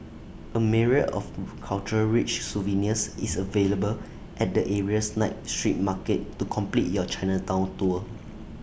A myriad of cultural rich souvenirs is available at the area's night street market to complete your Chinatown tour